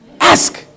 Ask